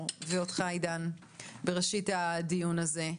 לוריא ואת עידן קלימן בראשית הדיון הזה.